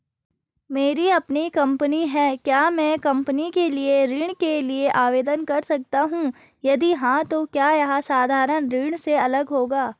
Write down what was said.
मेरी अपनी कंपनी है क्या मैं कंपनी के लिए ऋण के लिए आवेदन कर सकता हूँ यदि हाँ तो क्या यह साधारण ऋण से अलग होगा?